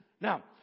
Now